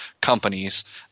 companies